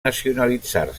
nacionalitzar